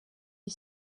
iyi